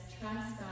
trust